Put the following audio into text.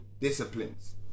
disciplines